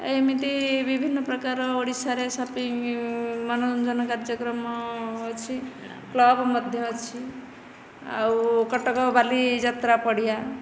ଏମିତି ବିଭିନ୍ନ ପ୍ରକାର ଓଡ଼ିଶାରେ ସପିଂ ମନୋରଞ୍ଜନ କାର୍ଯ୍ୟକ୍ରମ ଅଛି କ୍ଲବ ମଧ୍ୟ ଅଛି ଆଉ କଟକ ବାଲିଯାତ୍ରା ପଡ଼ିଆ